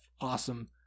awesome